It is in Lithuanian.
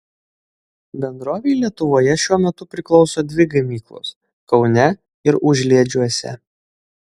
bendrovei lietuvoje šiuo metu priklauso dvi gamyklos kaune ir užliedžiuose